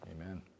Amen